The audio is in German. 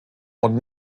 und